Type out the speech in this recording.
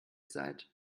seid